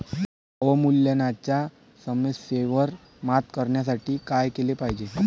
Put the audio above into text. अवमूल्यनाच्या समस्येवर मात करण्यासाठी काय केले पाहिजे?